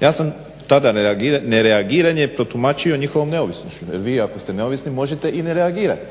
Ja sam tada nereagiranje protumačio njihovom neovisnošću. Vi ako ste neovisni možete i ne reagirat.